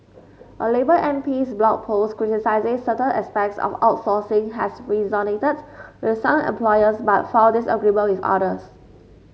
a labour M P's Blog Post criticising certain aspects of outsourcing has resonated with some employers but found disagreement with others